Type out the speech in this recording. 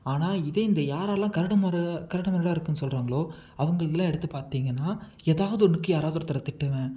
அதே இதேந்த யாரார்ளாம் கரடு முரடாக கரடு முரடாக இருக்குதுன்னு சொல்கிறாங்களோ அவங்களுதுலாம் எடுத்து பார்த்தீங்கன்னா எதாவது ஒன்றுக்கு யாராவது ஒருத்தரை திட்டுவேன்